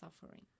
suffering